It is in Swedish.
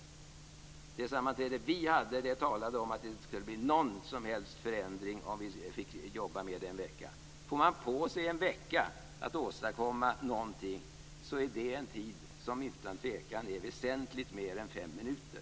Vid det sammanträde vi hade framgick det att det inte skulle bli någon förändring om vi fick jobba med ärendet en vecka. En vecka är väsentligt mer än fem minuter.